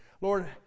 Lord